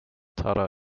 tara